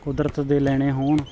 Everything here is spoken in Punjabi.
ਕੁਦਰਤ ਦੇ ਲੈਣੇ ਹੋਣ